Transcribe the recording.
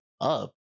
up